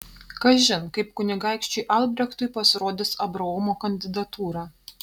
kažin kaip kunigaikščiui albrechtui pasirodys abraomo kandidatūra